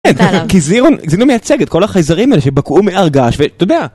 כן, כי זירון, זירון מייצג את כל החייזרים האלה שבקעו מהר געש, ו, אתה יודע..